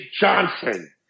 Johnson